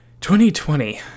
2020